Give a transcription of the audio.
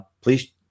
please